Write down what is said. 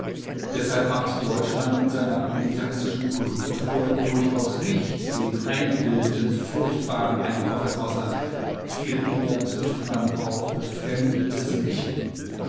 deshalb macht deutschland mit seiner militaristischen kultur durchaus nicht den eingebildeten furchtbaren eindruck auf das ausland viel eher trifft man auf befremdetes lächeln